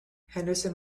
henderson